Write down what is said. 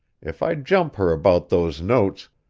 if i jump her about those notes,